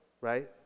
right